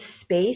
space